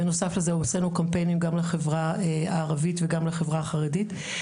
בנוסף לזה הוצאנו קמפיינים גם לחברה הערבית וגם לחברה החרדית.